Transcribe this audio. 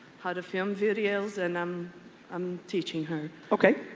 how to film videos and i'm um teaching her. okay.